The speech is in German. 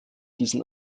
diesen